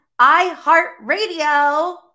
iHeartRadio